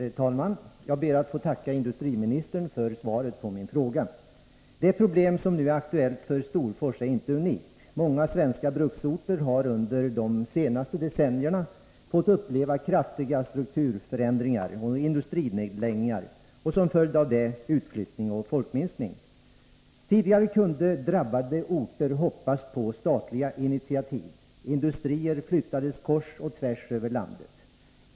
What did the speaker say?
Herr talman! Jag ber att få tacka industriministern för svaret på min fråga. Det problem som nu är aktuellt för Storfors är inte unikt. Många svenska bruksorter har under de senaste decennierna fått uppleva kraftiga strukturförändringar och industrinedläggningar samt som en följd av detta utflyttning och folkminskning. Tidigare kunde drabbade orter hoppas på statliga initiativ. Industrier flyttades kors och tvärs över landet.